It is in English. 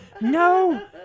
no